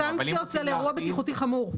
הסנקציות הן לאירוע בטיחותי חמור.